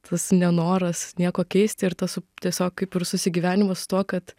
tas nenoras nieko keisti ir tas tiesiog kaip ir susigyvenimas su tuo kad